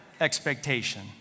expectation